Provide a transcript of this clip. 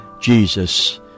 Jesus